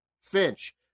Finch